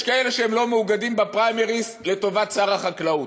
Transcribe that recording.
יש כאלה שהם לא מאוגדים בפריימריז לטובת שר החקלאות,